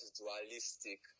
dualistic